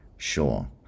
Sure